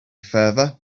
farther